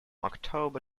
october